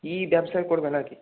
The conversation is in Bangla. কী ব্যবসা করবেন আর কি